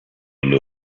new